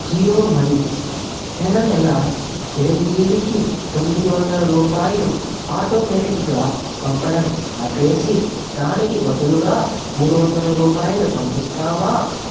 Jio money నెలనెలా చిరంజీవికి తొమ్మిది వందలు రూపాయలు ఆటోమేటిక్గా పంపడం ఆపేసి దానికి బదులుగా మూడు వందలు రూపాయలు పంపిస్తావా